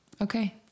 Okay